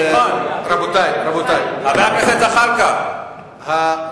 חבר הכנסת זחאלקה.